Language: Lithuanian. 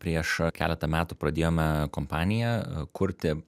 prieš keletą metų pradėjome kompaniją kurti